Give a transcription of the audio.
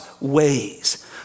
ways